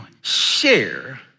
share